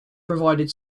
provided